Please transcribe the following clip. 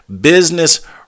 business